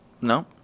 No